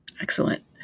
Excellent